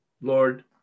Lord